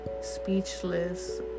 speechless